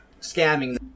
scamming